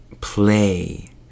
play